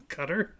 Cutter